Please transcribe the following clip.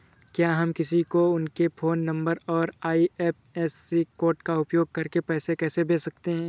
क्या हम किसी को उनके फोन नंबर और आई.एफ.एस.सी कोड का उपयोग करके पैसे कैसे भेज सकते हैं?